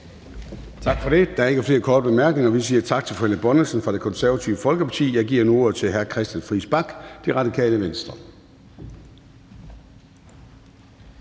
Tak for det. Der er ikke flere korte bemærkninger, så vi siger tak til fru Helle Bonnesen fra Det Konservative Folkeparti. Jeg giver ordet til hr. Christian Friis Bach, Radikale Venstre.